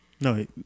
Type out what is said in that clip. no